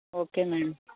okay madam